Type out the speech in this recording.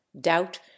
doubt